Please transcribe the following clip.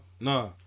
Nah